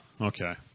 okay